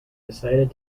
decided